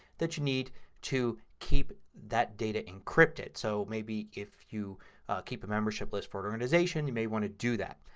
that you need to keep that data encrypted. so maybe if you keep a membership list for an organization you may want to do that.